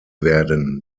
werden